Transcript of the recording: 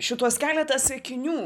šituos keletą sakinių